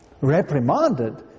reprimanded